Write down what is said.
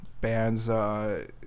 bands